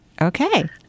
Okay